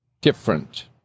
different